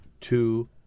two